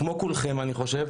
ציפינו כמו כולכם אני חושב,